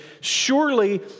Surely